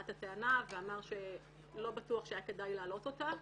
את הטענה ואמר שלא בטוח שהיה כדאי להעלות אותה,